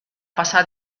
pasa